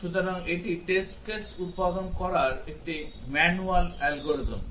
সুতরাং এটি test case উৎপাদন করার একটি ম্যানুয়াল অ্যালগরিদম